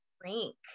drink